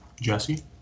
Jesse